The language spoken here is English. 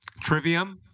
Trivium